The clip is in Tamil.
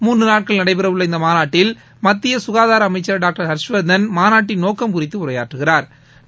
மூன்று நாட்கள் நடைபெறவுள்ள இந்த மாநாட்டில் மத்திய சுகாதார அமைச்சர் டாக்டர் ஹர்ஷவர்தன் மாநாட்டின் நோக்கம் குறித்து உரையாற்றுகிறாா்